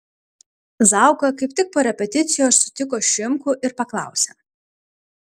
zauka kaip tik po repeticijos sutiko šimkų ir paklausė